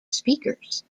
speakers